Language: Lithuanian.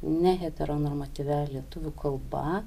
ne hetero normatyvia lietuvių kalba